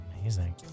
Amazing